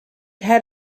had